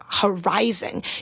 horizon